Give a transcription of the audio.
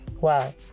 wow